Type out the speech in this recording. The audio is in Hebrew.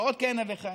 ועוד כהנה וכהנה.